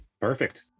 Perfect